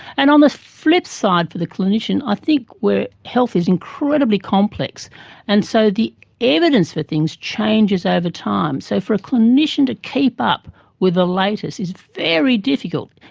and on the flip side, for the clinician i think health is incredibly complex and so the evidence for things changes over time. so for a clinician to keep up with the latest is very difficult,